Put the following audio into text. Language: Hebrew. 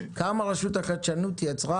כמה תפקידי הייטק רשות החדשנות יצרה